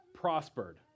prospered